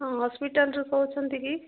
ହଁ ହସ୍ପିଟାଲ୍ରୁ କହୁଛନ୍ତି କି